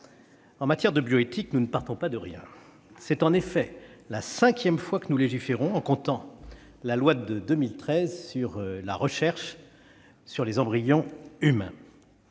en matière de bioéthique, nous ne partons pas de rien ! C'est en effet la cinquième fois que nous légiférons, en comptant la loi de 2013 relative à la recherche sur l'embryon humain.